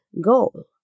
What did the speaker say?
goal